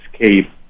escape